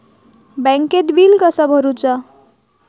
बँकेत बिल कसा भरुचा?